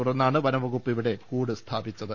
തുടർന്നാണ് വനംവകുപ്പ് കൂട് സ്ഥാപിച്ചത്